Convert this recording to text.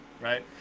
right